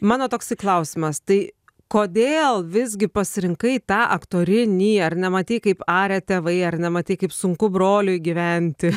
mano toksai klausimas tai kodėl visgi pasirinkai tą aktorinį ar nematei kaip aria tėvai ar nematei kaip sunku broliui gyventi